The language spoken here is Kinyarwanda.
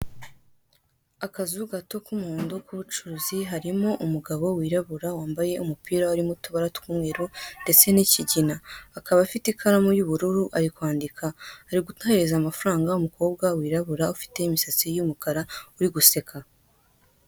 Akazu gato k'umuhondo k'ubucuruzi harimo umugabo wirabura wambaye umupira urimo utubara tw'umweru ndetse nikigona, akaba afite ikaramu y'ubururu ari kwandika ari guteranyiriza amafaranga umukobwa wirabura ufite imisatsi y'umukara uri guseka.